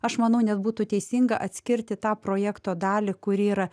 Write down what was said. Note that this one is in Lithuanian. aš manau net būtų teisinga atskirti tą projekto dalį kuri yra